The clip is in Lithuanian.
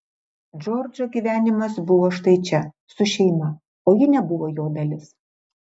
džordžo gyvenimas buvo štai čia su šeima o ji nebuvo jo dalis